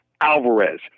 Alvarez